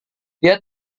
dia